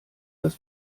das